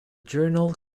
journal